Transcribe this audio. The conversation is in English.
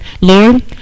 Lord